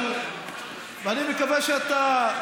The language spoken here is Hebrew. ואני מקווה שאתה,